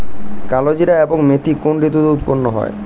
কালোজিরা এবং মেথি কোন ঋতুতে উৎপন্ন হয়?